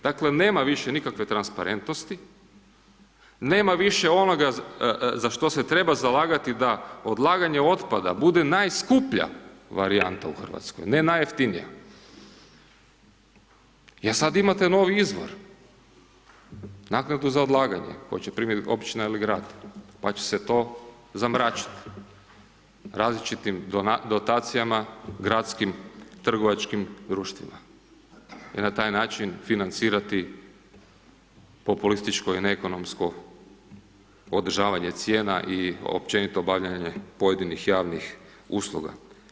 Dakle nema više nikakve transparentnosti, nema više onoga za što se treba zalagati da odlaganje otpada bude najskuplja varijanta u Hrvatskoj, ne najjeftinija jer sad imate novi izvor, naknadu za odlaganje, tko će primiti općina ili grad pa će se to zamračiti različitim dotacijama gradskim, trgovačkim društvima i na taj način financirati populističko i neekonomsko održavanje cijena i općenito obavljanje pojedinih javnih usluga.